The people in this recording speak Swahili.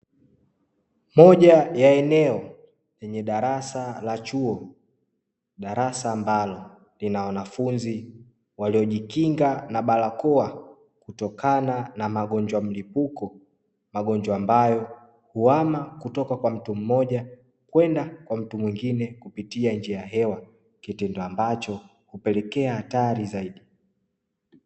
Moja ya eneo lenye darasa la chuo. Darasa ambalo lina wanafunzi waliojikinga na barakoa kutokana na magonjwa mlipuko. Magonjwa ambayo huhama kutoka kwa mtu mmoja kwenda kwa mtu mwingine kupitia njia ya hewa, kitendo ambacho hupelekea hatari zaidi.